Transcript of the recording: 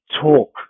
talk